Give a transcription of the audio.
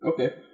Okay